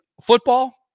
football